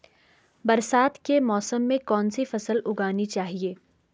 बरसात के मौसम में कौन सी फसल उगानी चाहिए?